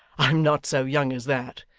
i'm not so young as that.